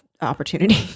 opportunity